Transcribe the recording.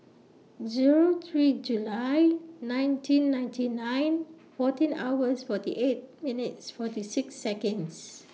Zero three July nineteen ninety nine fourteen hours forty eight minutes forty six Seconds